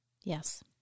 Yes